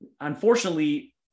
Unfortunately